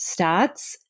stats